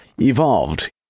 evolved